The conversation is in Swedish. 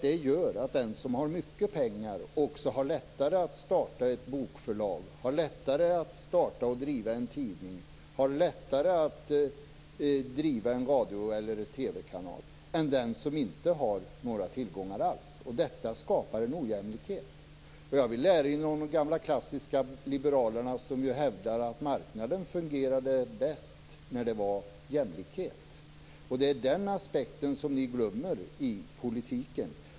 Det gör att den som har mycket pengar också har lättare att starta ett bokförlag, har lättare att starta och driva en tidning, lättare att driva en radio eller en TV-kanal än den som inte har några tillgångar alls. Detta skapar en ojämlikhet. Jag vill erinra om de klassiska liberalerna som hävdade att marknaden fungerade bäst när det var jämlikhet. Det är den aspekten som ni glömmer i politiken.